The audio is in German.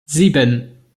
sieben